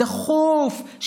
דחוף,